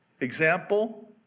Example